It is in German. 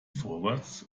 vorwärts